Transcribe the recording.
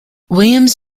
williams